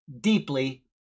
deeply